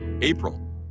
April